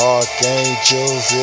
Archangels